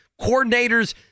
coordinators